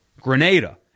Grenada